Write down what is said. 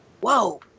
whoa